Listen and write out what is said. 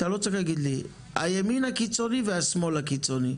הימין הקיצוני והשמאל הקיצוני.